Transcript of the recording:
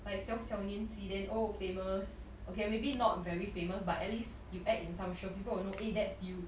like 小小年纪 then oh famous ok ah maybe not very famous but at least you act in some show people will know eh that's you